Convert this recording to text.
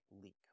leak